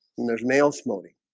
and there's males moaning